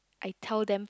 I tell them